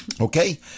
Okay